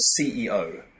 CEO